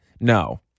No